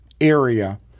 area